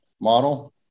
model